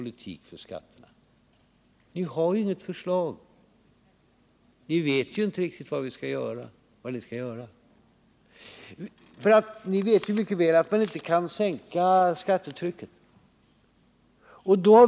Ni har inget egentligt förslag och vet inte riktigt vad ni skall göra. Däremot vet ni mycket väl att man inte kan sänka skattetrycket.